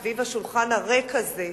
סביב השולחן הריק הזה,